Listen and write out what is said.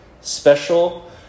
special